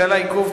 בשל העיכוב,